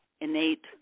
innate